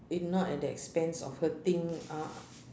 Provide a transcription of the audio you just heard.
in not at that expense of hurting ah